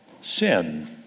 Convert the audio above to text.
sin